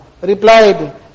replied